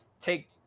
take –